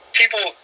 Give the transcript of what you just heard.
people